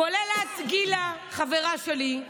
כולל את, גילה, חברה שלי,